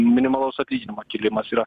minimalaus atlyginimo kilimas yra